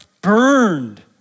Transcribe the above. burned